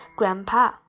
Grandpa